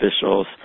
officials